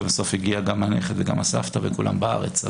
בסוף הגיעו גם הנכד וגם הסבתא וכולם בארץ.